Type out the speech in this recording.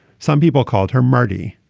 some people called her maadi.